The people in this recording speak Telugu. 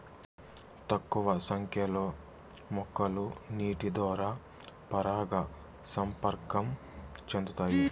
తక్కువ సంఖ్య లో మొక్కలు నీటి ద్వారా పరాగ సంపర్కం చెందుతాయి